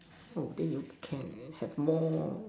oh then you can have more